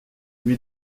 lui